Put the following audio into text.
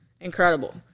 Incredible